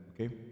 okay